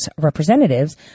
representatives